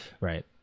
Right